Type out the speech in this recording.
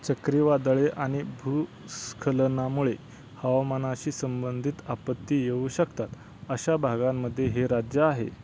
चक्रीवादळे आणि भूस्खलनामुळे हवामानाशी संबंधित आपत्ती येऊ शकतात अशा भागांमध्ये हे राज्य आहे